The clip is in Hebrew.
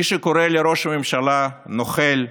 מי שקורא לראש הממשלה נוכל,